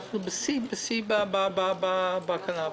אנחנו בשיא בצריכת קנאביס.